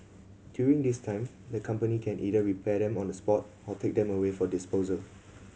during this time the company can either repair them on the spot or take them away for disposal